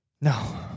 No